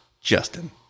Justin